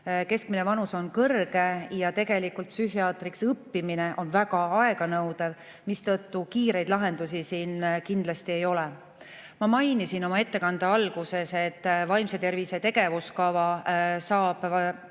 Keskmine vanus on kõrge ja tegelikult psühhiaatriks õppimine on väga aeganõudev, mistõttu kiireid lahendusi siin kindlasti ei ole. Ma mainisin oma ettekande alguses, et vaimse tervise tegevuskava saab